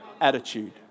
attitude